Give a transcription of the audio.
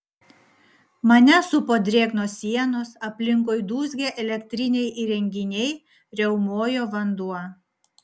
mane supo drėgnos sienos aplinkui dūzgė elektriniai įrenginiai riaumojo vanduo